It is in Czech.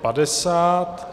50.